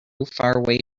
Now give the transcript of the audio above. faraway